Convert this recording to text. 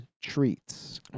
Treats